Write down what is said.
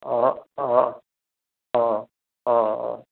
অঁ অঁ অঁ অঁ